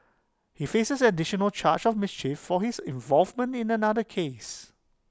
he faces additional charge of mischief for his involvement in another case